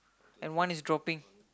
and one is dropping